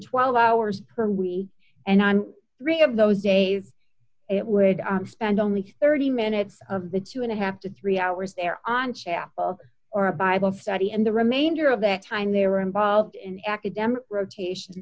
twelve hours per week and i'm three of those days it would spend only thirty minutes of the two and a half to three hours there on chapel or a bible study and the remainder of that time they were involved in academic rotation